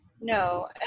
No